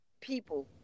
people